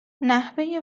نحوه